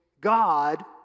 God